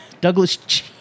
Douglas